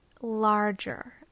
larger